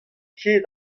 ket